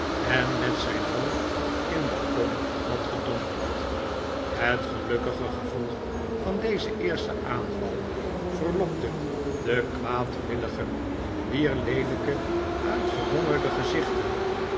en met zijn hoofd in de kom had gedompeld het gelukkige gevolg van dezen eersten aanval verlokte de kwaadwilligen wier leelijke uitgehongerde gezichten